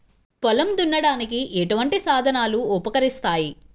పొలం దున్నడానికి ఎటువంటి సాధనాలు ఉపకరిస్తాయి?